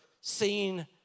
seen